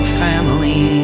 family